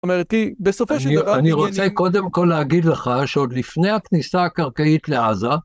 אני רוצה קודם כל להגיד לך, שעוד לפני הכניסה הקרקעית לעזה,